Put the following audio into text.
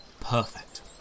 Perfect